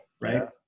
right